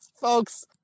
Folks